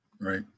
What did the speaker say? right